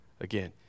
again